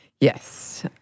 Yes